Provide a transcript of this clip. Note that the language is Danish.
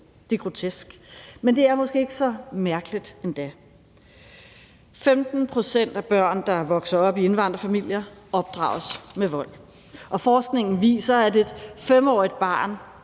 Det er grotesk, men det er måske ikke så mærkeligt endda. 15 pct. af børn, der vokser op i indvandrerfamilier, opdrages med vold, og forskningen viser, at et 5-årigt barn